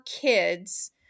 kids